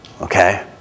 okay